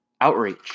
outreach